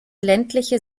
ländliche